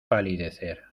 palidecer